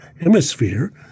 hemisphere